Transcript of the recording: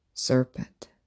Serpent